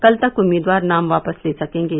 कल तक उम्मीदवार नाम वापस ले सकेंगे